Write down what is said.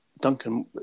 Duncan